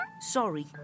Sorry